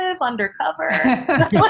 undercover